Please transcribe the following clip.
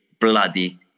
bloody